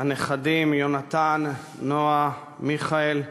הנכדים יונתן, נועה, מיכאל,